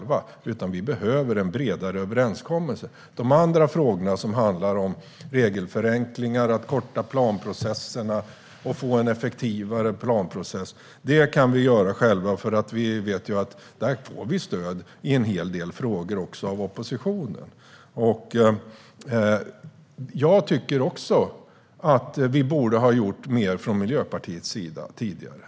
Vi behöver en bredare överenskommelse. De andra frågorna som handlar om regelförenklingar, att korta planprocesserna och få en effektivare planprocess kan vi hantera själva, för där vet vi att vi får stöd i en hel del frågor också av oppositionen. Jag tycker också att vi borde ha gjort mer från Miljöpartiets sida tidigare.